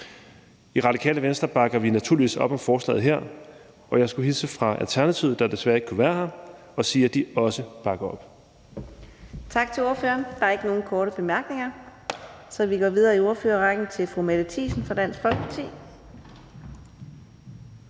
I Radikale Venstre bakker vi naturligvis op om forslaget her, og jeg skulle hilse fra Alternativet, der desværre ikke kunne være her, og sige, at de også bakker op. Kl. 18:08 Fjerde næstformand (Karina Adsbøl): Tak til ordføreren. Der er ikke nogen korte bemærkninger, så vi går videre i ordførerrækken til fru Mette Thiesen fra Dansk Folkeparti.